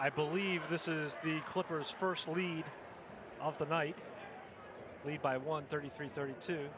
i believe this is the clippers first lead of the night lead by one thirty three thirty t